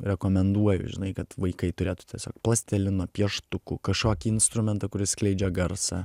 rekomenduoju žinai kad vaikai turėtų tiesiog plastilino pieštukų kažkokį instrumentą kuris skleidžia garsą